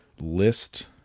list